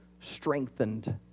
strengthened